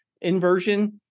inversion